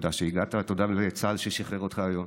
תודה שהגעת ותודה גם לצה"ל ששחרר אותך היום.